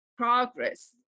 progress